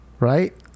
Right